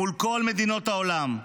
מול כל מדינות העולם,